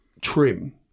trim